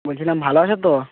বলছিলাম ভালো আছ তো